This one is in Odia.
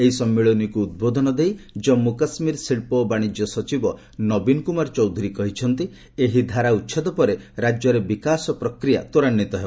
ଏହି ସମ୍ମିଳନୀକୁ ଉଦ୍ବୋଧନ ଦେଇ ଜଞ୍ଜୁ କାଶ୍ମୀର ଶିଳ୍ପ ଓ ବାଶିଜ୍ୟ ସଚିବ ନବୀନ୍ କୁମାର ଚୌଧୁରୀ କହିଛନ୍ତି ଏହି ଧାରା ଉଚ୍ଛେଦ ପରେ ରାଜ୍ୟରେ ବିକାଶ ପ୍ରକ୍ରିୟା ତ୍ୱରାନ୍ୱିତ ହେବ